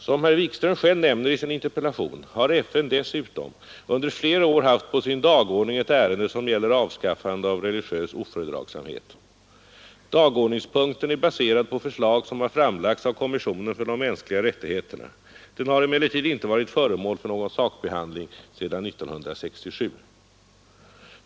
Som herr Wikström själv nämner i sin interpellation, har FN dessutom under flera år haft på sin dagordning ett ärende som gäller avskaffande av religiös ofördragsamhet. Dagordningspunkten är baserad på förslag som har framlagts av kommissionen för de mänskliga rättigheterna. Den har emellertid inte varit föremål för någon sakbehandling sedan 1967.